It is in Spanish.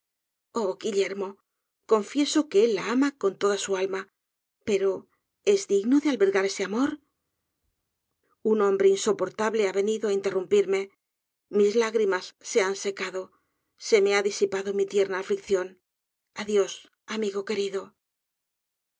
guillermo confieso que él la ama con toda su alma pero es digno de albergar ese amor un hombre insoportable ha venido á interrumpirme mis lágrimas se han secado se me ha disipado mi tierna aflicción adiós amigo querido